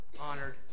honored